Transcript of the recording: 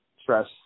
stress